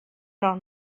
noch